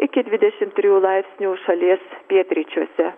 iki dvidešimt trijų laipsnių šalies pietryčiuose